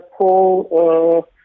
poll